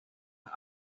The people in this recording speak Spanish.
las